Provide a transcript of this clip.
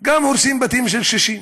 הורסים בתים של קשישים.